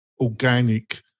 organic